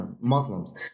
Muslims